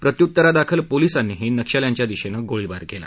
प्रत्युत्तरादाखल पोलिसांनीही नक्षल्यांच्या दिशेनं गोळीबार केला